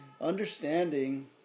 Understanding